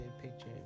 picture